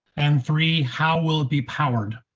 and three, how will it be powered?